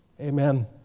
Amen